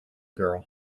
girl